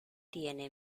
tiene